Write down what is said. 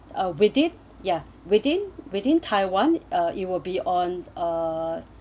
uh with it ya within within taiwan or it will be on uh